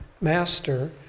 Master